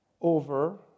over